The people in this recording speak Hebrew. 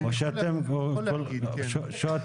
היא לא תיתן מענה מספיק כפי שרציתי.